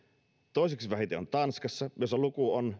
toiseksi vähiten on tanskassa jossa luku on